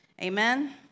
Amen